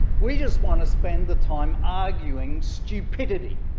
we just want to spend the time arguing stupidity